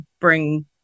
bring